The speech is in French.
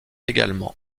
également